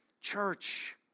church